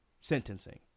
sentencing